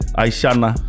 aishana